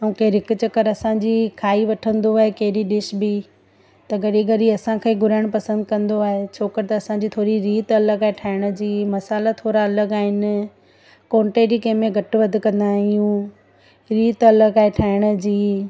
ऐं केर हिक चकर असांजी खाई वठंदो आहे कहिड़ी डिश बि त घड़ी घड़ी असांखे घुरण पसंदि कंदो आहे छो कर त असांजी थोरी रीति अलॻि आहे ठाहिण जी मसाला थोरा अलॻि आहिनि कोनटेटी में घटि वधि कंदा आहियूं रीति अलॻि आहे ठाहिण जी